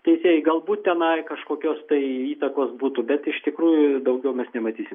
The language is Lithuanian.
teisėjai galbūt tenai kažkokios tai įtakos būtų bet iš tikrųjų daugiau mes nematysim